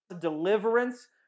deliverance